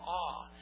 awe